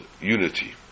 Unity